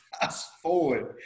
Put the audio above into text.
fast-forward